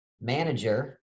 manager